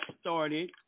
started